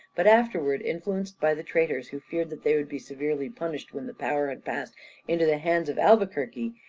but afterwards influenced by the traitors, who feared that they would be severely punished when the power had passed into the hands of albuquerque,